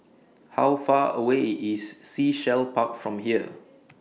How Far away IS Sea Shell Park from here